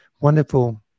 wonderful